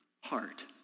heart